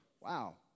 wow